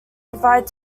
provide